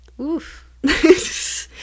oof